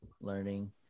learning